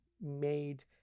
made